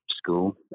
School